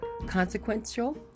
consequential